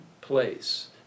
place